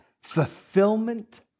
fulfillment